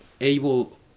able